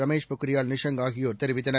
ரமேஷ் பொக்ரியால் நிஷாங் ஆகியோர் தெரிவித்தனர்